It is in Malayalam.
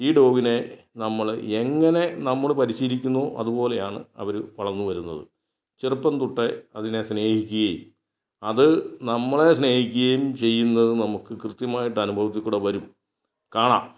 ഈ ഡോഗിനെ നമ്മൾ എങ്ങനെ നമ്മൾ പരിശീലിക്കുന്നോ അതുപോലെയാണ് അവർ വളർന്ന് വരുന്നത് ചെറുപ്പം തൊട്ടേ അതിനെ സ്നേഹിക്കുകയും അത് നമ്മളെ സ്നേഹിക്കുകയും ചെയ്യുന്നത് നമുക്ക് കൃത്യമായിട്ട് അനുഭവത്തിൽ കൂടെ വരും കാണാം